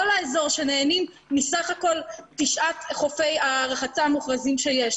האזור שנהנים מסך הכול תשעת חופי הרחצה המוכרזים שיש.